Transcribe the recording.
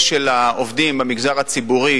כמו שהיה עם בריאות התלמיד.